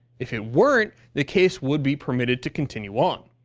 if it weren't, the case would be permitted to continue on.